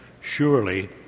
surely